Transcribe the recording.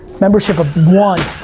membership of one.